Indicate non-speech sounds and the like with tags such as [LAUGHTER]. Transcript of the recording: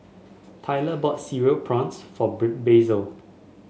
Tylor bought Cereal Prawns for [UNINTELLIGIBLE] Basil